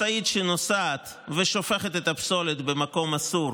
משאית שנוסעת ושופכת את הפסולת במקום אסור,